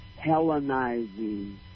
Hellenizing